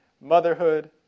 motherhood